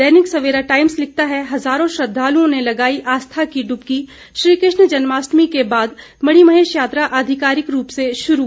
दैनिक Savera Times लिखता है हजारों श्रद्धालुओं ने लगाई आस्था की डुबकी श्रीकृष्ण जन्माष्टमी के बाद मणिमहेश यात्रा आधिकारिक रूप से शुरू